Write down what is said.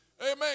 Amen